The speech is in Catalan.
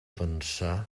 pensar